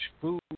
food